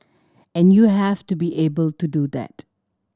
and you have to be able to do that